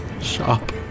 shop